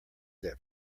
that